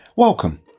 Welcome